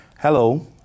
Hello